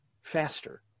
faster